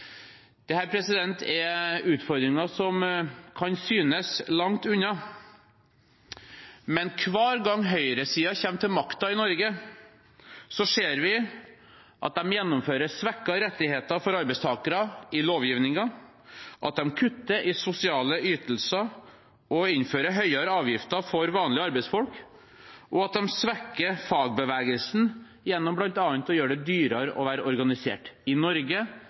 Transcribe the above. er utfordringer som kan synes langt unna, men hver gang høyresiden kommer til makten i Norge, ser vi at de gjennomfører svekkete rettigheter for arbeidstakere i lovgivningen, at de kutter i sosiale ytelser og innfører høyere avgifter for vanlige arbeidsfolk, og at de svekker fagbevegelsen gjennom bl.a. å gjøre det dyrere å være organisert – i Norge,